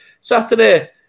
Saturday